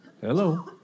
Hello